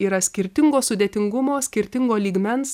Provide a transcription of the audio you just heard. yra skirtingo sudėtingumo skirtingo lygmens